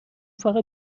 فقط